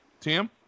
Tim